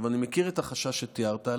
אני מכיר את החשש שתיארת.